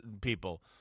people